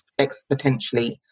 exponentially